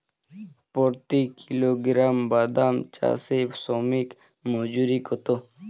প্রতি কিলোগ্রাম বাদাম চাষে শ্রমিক মজুরি কত?